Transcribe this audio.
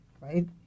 right